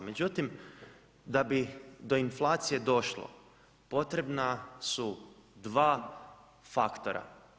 Međutim, da bi do inflacije došlo, potrebna su dva faktora.